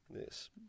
Yes